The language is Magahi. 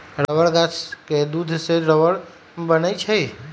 रबर गाछ के दूध से रबर बनै छै